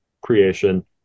creation